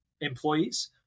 employees